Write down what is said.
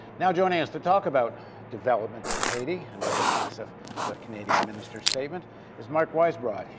now joining us to talk about development in haiti and what he thinks of the canadian minister's statement is mark weisbrot.